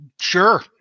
Sure